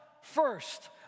first